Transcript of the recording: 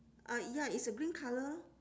ah ya it's a green colour